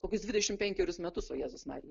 kokius dvidešimt penkerius metus o jėzusmarija